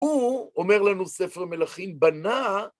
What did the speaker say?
הוא, אומר לנו ספר מלכים, בנה